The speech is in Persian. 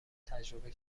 تجربه